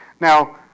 Now